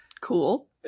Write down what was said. cool